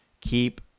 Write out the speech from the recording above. keep